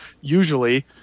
usually